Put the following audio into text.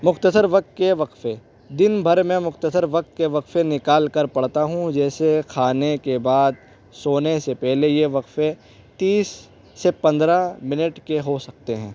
مختصر وقت کے وقفے دن بھر میں مختصر وقت کے وقفے نکال کر پڑھتا ہوں جیسے کھانے کے بعد سونے سے پہلے یہ وقفے تیس سے پندرہ منٹ کے ہو سکتے ہیں